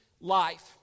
life